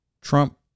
Trump